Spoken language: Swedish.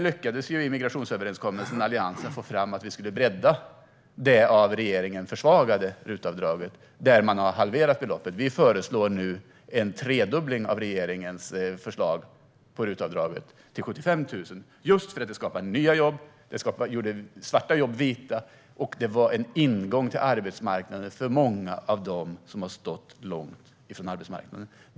I migrationsöverenskommelsen lyckades Alliansen få fram att vi skulle bredda det av regeringen försvagade RUT-avdraget, där man halverat beloppet. Vi föreslår nu en tredubbling av regeringens förslag för RUT-avdraget till 75 000. RUT-avdraget skapade nya jobb, gjorde svarta jobb vita och var en ingång till arbetsmarknaden för många av dem som stått långt från arbetsmarknaden.